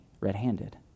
red-handed